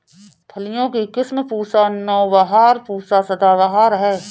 फलियों की किस्म पूसा नौबहार, पूसा सदाबहार है